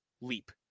leap